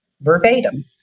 verbatim